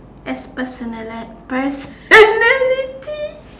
as personali~ personality